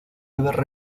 deber